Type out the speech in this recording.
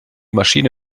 maschine